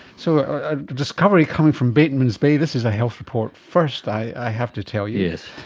so a discovery coming from batemans bay, this is a health report first, i have to tell you.